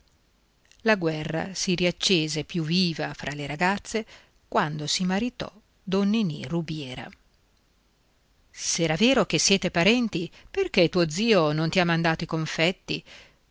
la guerra si riaccese più viva fra le ragazze quando si maritò don ninì rubiera s'è vero che siete parenti perché tuo zio non ti ha mandato i confetti